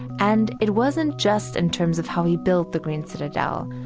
and it wasn't just in terms of how he built the green citadel.